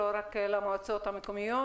לא רק למועצות המקומיות.